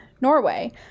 Norway